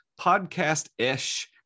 podcast-ish